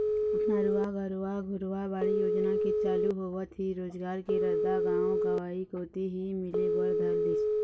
नरूवा, गरूवा, घुरूवा, बाड़ी योजना के चालू होवत ही रोजगार के रद्दा गाँव गंवई कोती ही मिले बर धर लिस